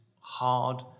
hard